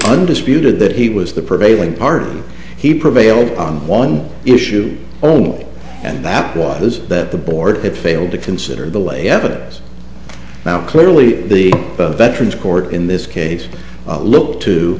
undisputed that he was the prevailing party he prevailed on one issue only and that was that the board had failed to consider the late evidence now clearly the veterans court in this case look